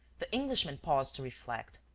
the englishman paused to reflect.